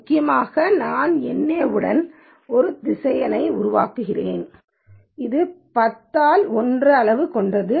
முக்கியமாக நான் NA உடன் ஒரு திசையனை உருவாக்குகிறேன் இது 10 ஆல் 1 அளவு கொண்டது